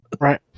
Right